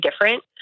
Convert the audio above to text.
different